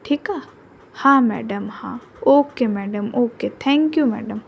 ठीकु आहे हा मैडम हा okay madam okay thank you madam